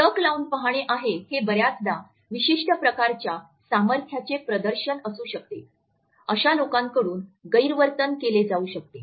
टक लावून पाहणे आहे हे बर्याचदा विशिष्ट प्रकारच्या सामर्थ्याचे प्रदर्शन असू शकते अशा लोकांकडून गैरवर्तन केले जाऊ शकते